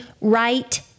right